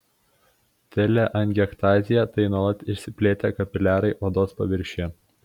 teleangiektazija tai nuolat išsiplėtę kapiliarai odos paviršiuje